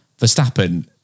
Verstappen